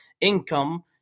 income